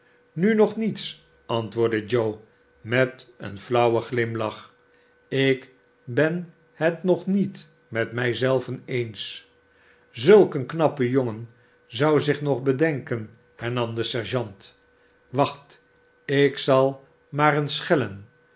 inu nog niets antwoordde joe met een flauwen glimlach ik ben het nog niet met mij zelven eens zulk een knappe jongen zou zich nog bedenken hernam de sergeant iwacht ik zal maar eens schellen